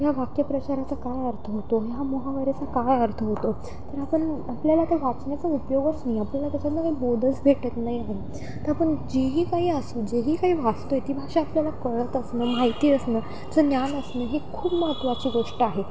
ह्या वाक्यप्रचारचा काय अर्थ होतो ह्या मुमुहावऱ्याचा काय अर्थ होतो तर आपण आपल्याला ते वाचण्याचा उपयोगच नाहीये आपल्याला त्याच्यातना काही बोधच भेटत नाहीये तर आपण जे ही काही असू जी ही काही वाचतोय ती भाषा आपल्याला कळत असणं माहिती असणं जं ज्ञान असणं ही खूप महत्त्वाची गोष्ट आहे